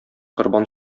корбан